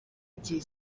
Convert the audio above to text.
igihe